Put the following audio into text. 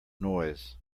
noise